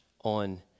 on